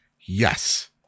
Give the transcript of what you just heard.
Yes